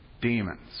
Demons